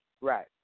Right